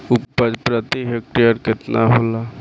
उपज प्रति हेक्टेयर केतना होला?